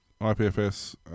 IPFS